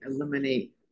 eliminate